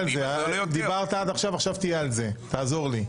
תעזור לי.